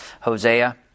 Hosea